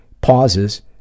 pauses